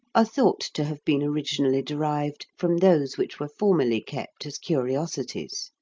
are thought to have been originally derived from those which were formerly kept as curiosities.